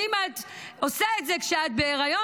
ואם את עושה את זה כשאת בהריון,